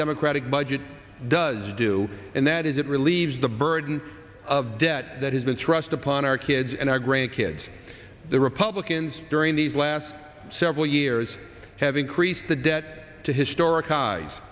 democratic budget does do and that is it relieves the burden of debt that has been thrust upon our kids and our grandkids the republicans during these last several years have increased the debt to historic